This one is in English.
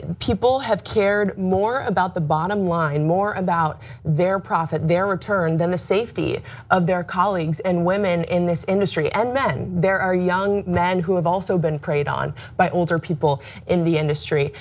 people have cared more about the bottom line, line, more about their profit, their return, then the safety of their colleagues and women in this industry. and men. there are young men who have also been preyed on by older people in the industry,